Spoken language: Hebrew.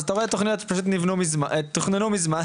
אז אתה רואה תוכניות שפשוט תוכננו מזמן,